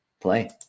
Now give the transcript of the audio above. play